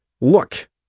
look